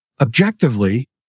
objectively